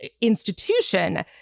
institution